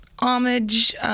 homage